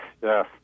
yes